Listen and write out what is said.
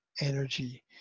energy